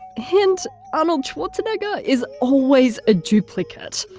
hint arnold schwarzenegger is always a duplicate.